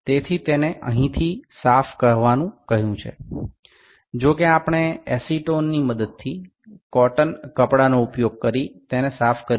তো এটি এখান থেকে পরিষ্কার করতে বলা হয়েছে তবে আমরা অ্যাসিটোন ব্যবহার করে একটি তুলার সাহায্যে পরিষ্কার করতে পারি